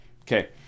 okay